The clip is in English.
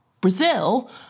Brazil